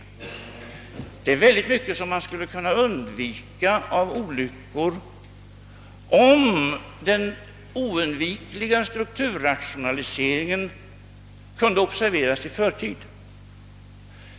Mycket av olyckor skulle kunnat förebyggas om den oundvikliga strukturrationaliseringen kunde observeras i förväg.